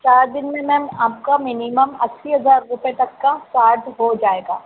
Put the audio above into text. चार दिन में मैम आपका मिनीमम अस्सी हज़ार रुपये तक का चार्ज हो जाएगा